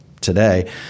today